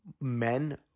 men